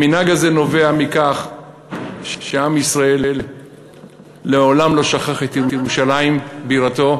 המנהג הזה נובע מכך שעם ישראל מעולם לא שכח את ירושלים בירתו,